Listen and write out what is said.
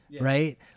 right